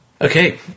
Okay